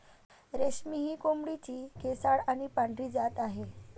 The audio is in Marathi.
रेशमी ही कोंबडीची केसाळ आणि पांढरी जात आहे